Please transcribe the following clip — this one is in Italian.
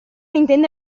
intende